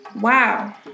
Wow